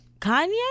Kanye